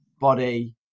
body